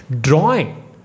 Drawing